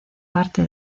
parte